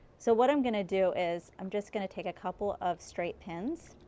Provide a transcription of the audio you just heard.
so what i'm going to do is i'm just going to take a couple of straight pins,